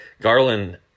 Garland